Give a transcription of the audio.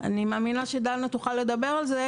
אני מאמינה שדנה תוכל לדבר על זה,